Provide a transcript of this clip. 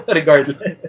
Regardless